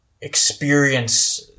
experience